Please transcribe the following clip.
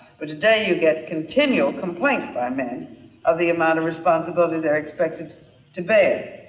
but today you get continual complaint by men of the amount of responsibility they're expected to bear.